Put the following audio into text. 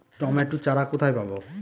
Tomato চারা কোথায় পাবো?